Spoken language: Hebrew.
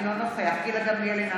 אינו נוכח גילה גמליאל,